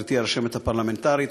גברתי הרשמת הפרלמנטרית,